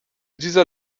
dieser